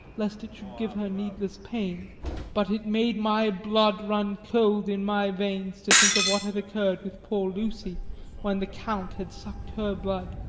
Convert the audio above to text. lest it should give her needless pain but it made my blood run cold in my veins to think of what had occurred with poor lucy when the count had sucked her blood.